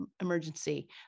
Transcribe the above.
Emergency